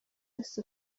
wese